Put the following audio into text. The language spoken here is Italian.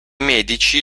medici